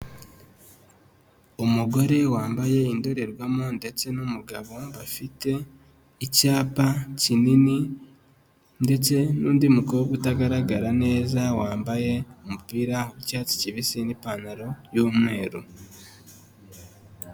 Umugore wambaye indorerwamo ndetse n'umugabo bafite icyapa kinini ndetse n'undi mukobwa utagaragara neza, wambaye umupira w'icyatsi kibisi n'ipantaro y'umweru.